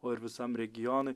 o ir visam regionui